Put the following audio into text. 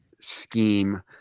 scheme